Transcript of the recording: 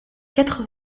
quatre